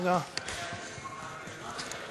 לה.